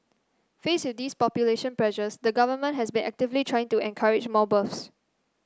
faced with these population pressures the Government has been actively trying to encourage more births